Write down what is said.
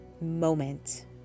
moment